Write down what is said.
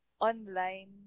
online